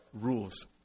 rules